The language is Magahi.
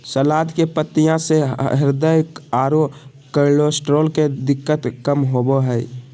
सलाद के पत्तियाँ से हृदय आरो कोलेस्ट्रॉल के दिक्कत कम होबो हइ